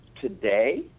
today